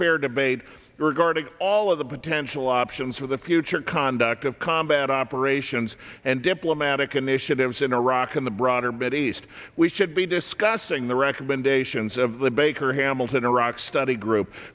fair debate regarding all of the potential options for the future conduct of combat operations and diplomatic initiatives in iraq and the broader mideast we should be discussing the recommendations of the baker hamilton iraq study group